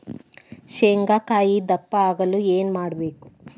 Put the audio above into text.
ಶೇಂಗಾಕಾಯಿ ದಪ್ಪ ಆಗಲು ಏನು ಮಾಡಬೇಕು?